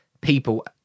people